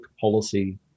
policy